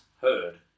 heard